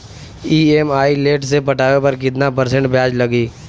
EMI late से पटावे पर कितना परसेंट ब्याज लगी?